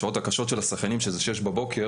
השעות הקשות של השחיינים שזה שש בבוקר,